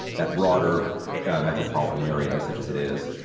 that broader metropolitan area such as it is,